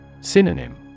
Synonym